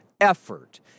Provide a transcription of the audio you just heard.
effort